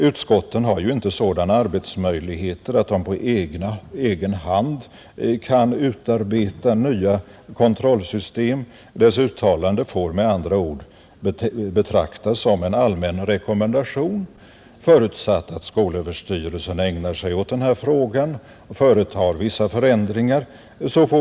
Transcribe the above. Utskotten har ju inte sådana arbetsmöjligheter att de på egen hand kan utarbeta nya kontrollsystem. Utskottets uttalande här får med andra ord betraktas som en allmän rekommendation. Vi har förutsatt att skolöverstyrelsen ägnar sig åt denna fråga och företar vissa förändringar.